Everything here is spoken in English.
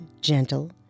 gentle